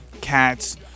cats